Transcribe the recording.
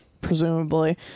presumably